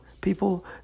People